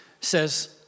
says